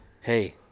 Hey